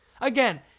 Again